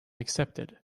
accepted